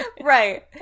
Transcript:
right